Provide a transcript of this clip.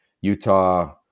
Utah